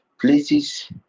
Places